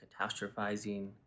catastrophizing